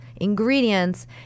ingredients